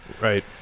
Right